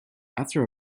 after